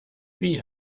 wie